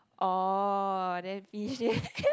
oh then